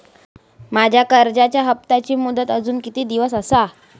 माझ्या कर्जाचा हप्ताची मुदत अजून किती दिवस असा?